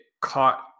caught